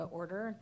order